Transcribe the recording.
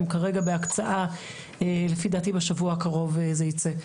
הם כרגע בהקצאה, לפי דעתי בשבוע הקרוב זה ייצא.